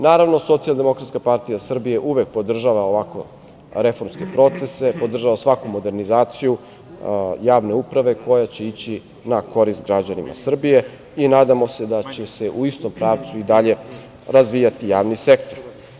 Naravno, SDPS uvek podržava ovakve reformske procese, podržava svaku modernizaciju javne uprave koja će ići na korist građanima Srbije i nadamo se da će se u istom pravcu i dalje razvijati javni sektor.